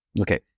Okay